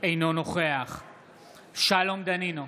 אינו נוכח שלום דנינו,